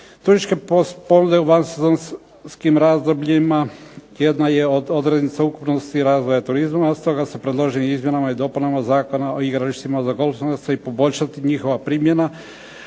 turističke ponude u vansezonskim razdobljima jedna je od odrednica ukupnosti razvoja turizma. Od toga se predloženim izmjenama i dopunama Zakona o igralištima za golf ... poboljšati njihova primjena,